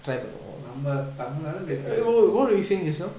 நம்ம:namma tamil lah தான பேசிட்டு இருக்கோம்:thana pesittu irukkom